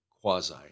quasi